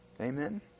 Amen